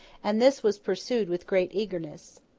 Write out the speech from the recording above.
and this was pursued with great eagerness.